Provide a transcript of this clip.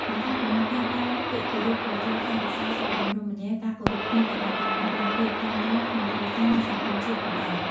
មិនតែប៉ុណ្ណោះ ការប្រើពាក្យគោរពក៏ជួយថែរក្សាសុខដុមរមនា ការគោរពគ្នាទៅវិញទៅមក និងភាពត្រឹមត្រូវក្នុងគ្រួសារនិងសង្គមជាតិផងដែរ។